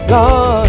Lord